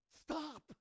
Stop